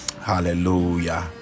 hallelujah